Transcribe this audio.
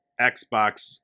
Xbox